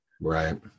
Right